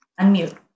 Unmute